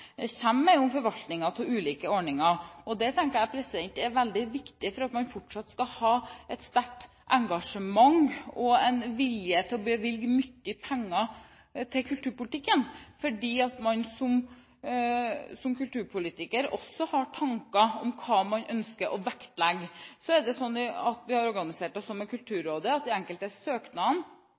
om forvaltningen av ulike ordninger. Det tenker jeg er veldig viktig for at man fortsatt skal ha et sterkt engasjement og en vilje til å bevilge mye penger til kulturpolitikken. Som kulturpolitiker har man nemlig også tanker om hva man ønsker å vektlegge. Vi har organisert oss slik i forhold til Kulturrådet at de enkelte søknadene